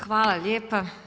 Hvala lijepa.